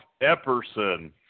Epperson